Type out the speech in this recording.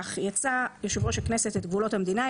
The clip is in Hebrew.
"יצא יושב ראש הכנסת את גבולות המדינה,